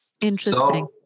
Interesting